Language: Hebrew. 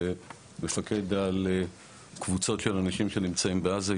מפקד על קבוצות של אנשים שנמצאים בעזה,